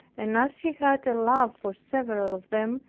and as he had a love for several of them,